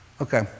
Okay